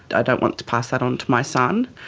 i don't want to pass that on to my son.